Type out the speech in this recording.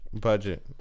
Budget